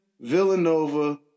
Villanova